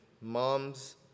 moms